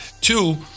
two